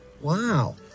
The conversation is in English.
Wow